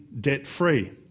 debt-free